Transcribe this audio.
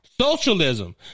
socialism